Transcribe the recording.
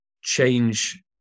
change